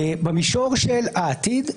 במישור של העתיד,